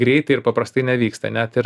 greitai ir paprastai nevyksta net ir